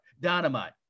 Dynamite